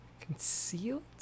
Concealed